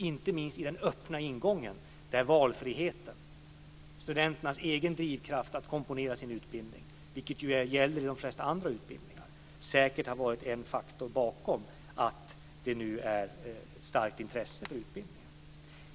Inte minst den öppna ingången, valfriheten och studenternas egen drivkraft att komponera sin utbildning, vilket gäller i de flesta andra utbildningar, har säkert varit en faktor bakom att det nu är ett starkt intresse för utbildningen.